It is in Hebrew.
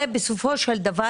בסופו של דבר,